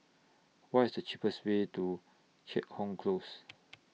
What IS The cheapest Way to Keat Hong Close